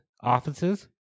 offices